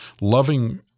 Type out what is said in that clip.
loving